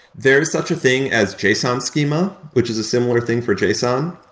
there's such a thing as json schema, which is a similar thing for json.